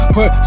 Put